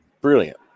brilliant